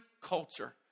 culture